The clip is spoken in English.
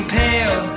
pale